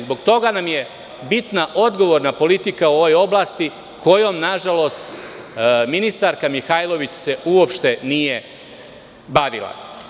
Zbog toga nam je bitna odgovorna politika u ovoj oblasti kojom se nažalost ministarka Mihajlović uopšte nije bavila.